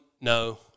no